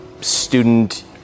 student